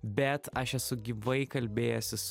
bet aš esu gyvai kalbėjęsis